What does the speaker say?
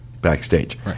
backstage